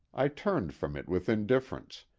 i turned from it with indifference,